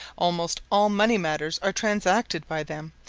almost all money matters are transacted by them,